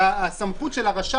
וסמכות הרשם